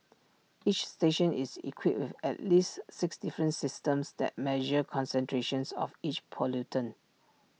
each station is equipped with at least six different systems that measure concentrations of each pollutant